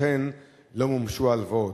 ולכן לא מומשו הלוואות.